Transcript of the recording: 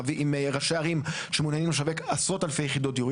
ראשי ערים שמעוניינים לשווק עשרות אלפי יחידות דיור.